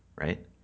right